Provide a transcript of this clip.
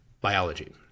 biology